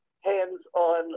hands-on